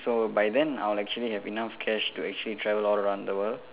so by then I'll actually have enough cash to actually travel all around the world